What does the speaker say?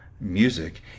Music